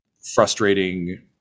frustrating